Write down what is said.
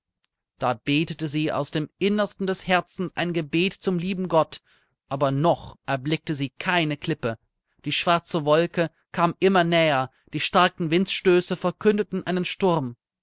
da betete sie aus dem innersten des herzens ein gebet zum lieben gott aber noch erblickte sie keine klippe die schwarze wolke kam immer näher die starken windstöße verkündeten einen sturm